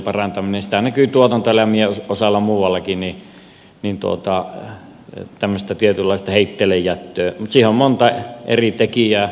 sitä näkyy tuotantoeläimien osalta muuallakin tämmöistä tietynlaista heitteillejättöä mutta siinä on monta eri tekijää